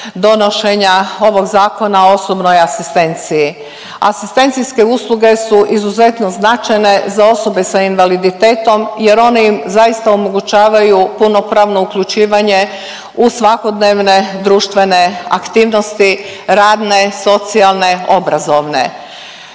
donošenja ovog Zakona o osobnoj asistenciji. Asistencijske usluge su izuzetno značajne za osobe s invaliditetom jer one im zaista omogućavaju punopravno uključivanje u svakodnevne društvene aktivnosti, radne, socijalne, obrazovne.